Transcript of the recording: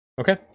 Okay